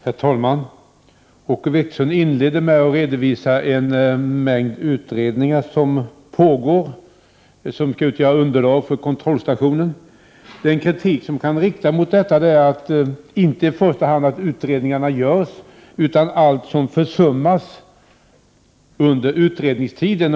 Herr talman! Åke Wictorsson inledde med att redovisa en mängd utredningar som pågår och som skall utgöra underlag för kontrollstationen. Den kritik som kan riktas mot detta är inte i första hand att utredningarna görs, utan kritiken gäller allt som försummas under utredningstiden.